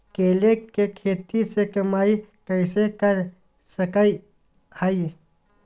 केले के खेती से कमाई कैसे कर सकय हयय?